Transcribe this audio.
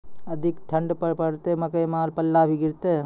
अधिक ठंड पर पड़तैत मकई मां पल्ला भी गिरते?